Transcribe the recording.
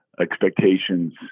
expectations